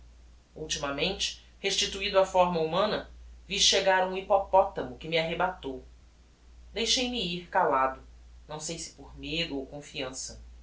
ultimamente restituido á fórma humana vi chegar um hippopotamo que me arrebatou deixei-me ir calado não sei se por medo ou confiança